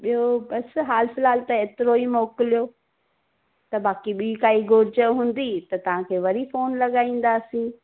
ॿियो बसि हालु फ़िलहालु त एतिरो ई मोकिलियो त बाक़ी ॿीं काई घुरिज हूंदी त तव्हांखे वरी फोन लगाईंदासीं